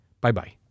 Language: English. Bye-bye